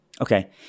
Okay